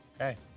Okay